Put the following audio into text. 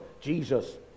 Jesus